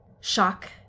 Shock